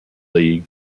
league